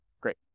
Great